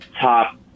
top